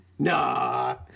Nah